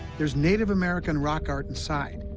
there's native american rock art inside,